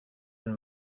and